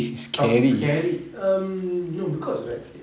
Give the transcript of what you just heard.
scary um no because right